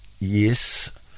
yes